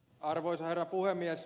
arvoisa herra puhemies